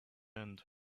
end